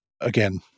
again